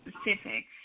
specifics